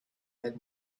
had